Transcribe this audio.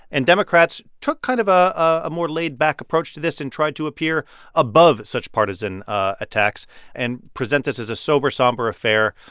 and democrats took kind of ah a more laid-back approach to this and tried to appear above such partisan attacks and present this as a sober, somber affair,